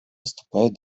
выступает